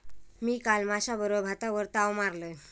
मी काल माश्याबरोबर भातावर ताव मारलंय